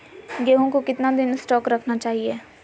गेंहू को कितना दिन स्टोक रखना चाइए?